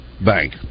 Bank